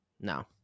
No